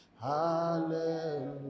hallelujah